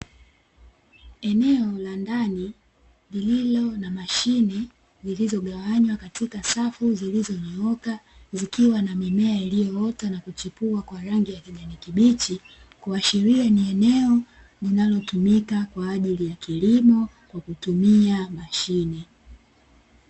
Eneo la ndani lililo na mashine zilizogawanywa katika safu zilizonyooka zikiwa na mimea iliyoota na kuchipua kwa rangi ya kijani kibichi, kuashiria ni eneo linalotumika mkwa ajili ya kilimo kwa kutumia mashine.